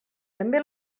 també